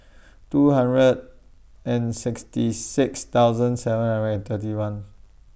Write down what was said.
two hundred and sixty six thousand seven hundred and thirty one